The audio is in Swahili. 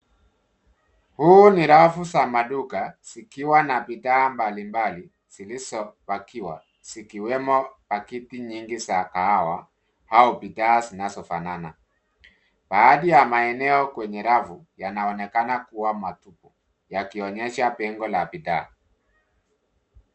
Huu ni rafu za maduka zikiwa na bidhaa mbalimbali zilizopakiwa zikiwemo pakiti nyingi za kahawa au bidhaa zinazofanana. Baadhi ya maeneo kwenye rafu yanonekana kuwa matupu yakionyesha pengo la bidhaa.